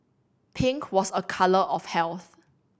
pink was a colour of health